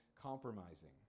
compromising